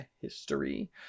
history